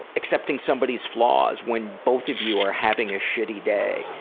accepting somebody's flaws when both of you are having a shitty day.